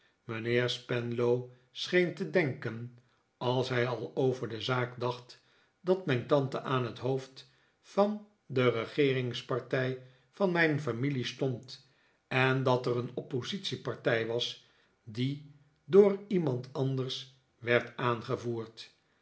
mijnheer spenlow scheen te denken als hij al over de zaak dacht dat mijn tante aan het hoofd van de regeeringspartij van mijn familie stond en dat er een oppositiepartij was die door iemand anders werd aangevoerd